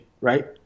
right